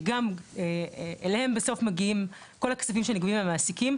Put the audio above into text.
שגם אליהם בסוף מגיעים כל הכספים מהמעסיקים,